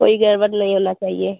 कोई गड़बड़ नहीं होना चाहिए